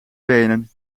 benen